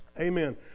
Amen